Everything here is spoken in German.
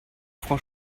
frau